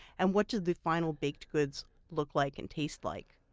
and what do the final baked goods look like and taste like?